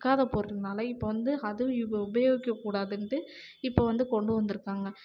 மக்காத பொருள்னால் இப்போ வந்து அதுவும் உபயோகிக்க கூடாதுன்ட்டு இப்போ வந்து கொண்டு வந்திருக்காங்க